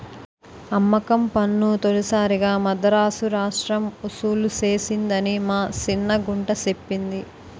అమ్మకం పన్ను తొలిసారిగా మదరాసు రాష్ట్రం ఒసూలు సేసిందని మా సిన్న గుంట సెప్పింది